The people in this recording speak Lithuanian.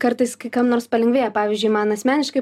kartais kai kam nors palengvėja pavyzdžiui man asmeniškai